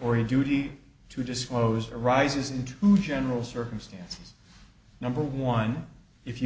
or a duty to disclose arises in to general circumstances number one if you